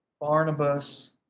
Barnabas